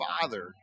father